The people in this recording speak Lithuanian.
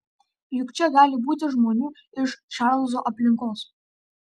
juk čia gali būti žmonių iš čarlzo aplinkos